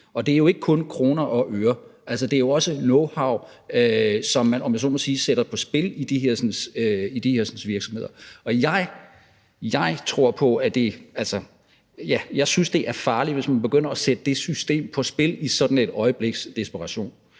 Og det er jo ikke kun kroner og øre, men det er jo også knowhow, som man – om jeg så må sige – sætter på spil i de hersens virksomheder. Og jeg synes, det er farligt, hvis man begynder at sætte det system på spil i sådan et øjebliks desperation.